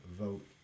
vote